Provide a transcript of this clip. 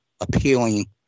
appealing